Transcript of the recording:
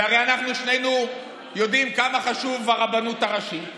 והרי אנחנו שנינו יודעים כמה חשובה הרבנות הראשית.